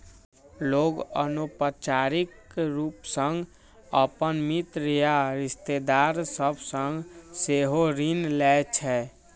लोग अनौपचारिक रूप सं अपन मित्र या रिश्तेदार सभ सं सेहो ऋण लै छै